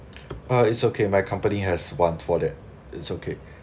uh it's okay my company has one for that it's okay